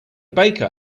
baker